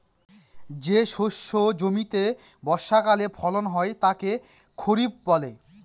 যে শস্য জমিতে বর্ষাকালে ফলন হয় তাকে খরিফ বলে